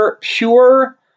pure